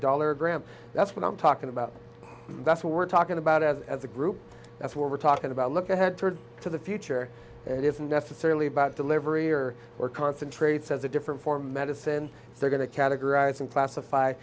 dollar gram that's what i'm talking about that's what we're talking about as a group that's what we're talking about look ahead to the future and it isn't necessarily about delivery or or concentrate says a different for medicine they're going to categorize and classify